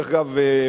דרך אגב,